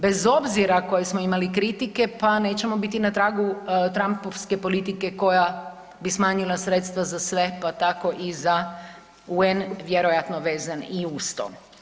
Bez obzira koje smo imali kritike, pa nećemo biti na tragu Trumpovske politike koja bi smanjila sredstva za sve, pa tako i za UN vjerojatno vezan i uz to.